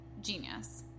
genius